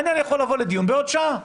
העניין יכול לבוא לדיון בעוד שעה.